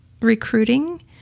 recruiting